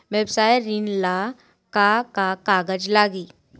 व्यवसाय ऋण ला का का कागज लागी?